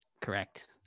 Correct